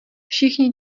všichni